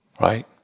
Right